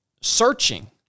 searching